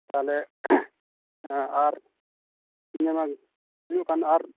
ᱛᱟᱦᱚᱞᱮ ᱦᱮᱸ ᱟᱨ ᱛᱤᱱᱟᱹᱜ ᱜᱟᱱ ᱦᱩᱭᱩᱜ ᱠᱷᱟᱱ ᱟᱨ